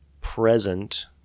present